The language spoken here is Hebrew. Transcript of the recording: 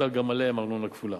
תוטל גם עליהן ארנונה כפולה.